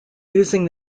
using